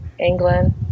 england